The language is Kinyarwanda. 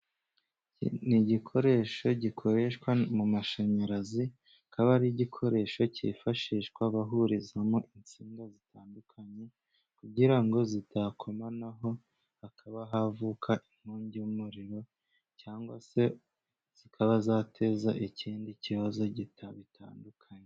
Iki ni igikoresho gikoreshwa mu mashanyarazi, kikaba ari igikoresho, cyi fashishwa bahurizamo insinga zitandukanye, kugira ngo zidakomanaho, hakaba havuka inkongi y'umuriro, cyangwa se zikaba zateza, ikindi kibazo gitandukanye.